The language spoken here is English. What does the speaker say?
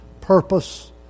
purpose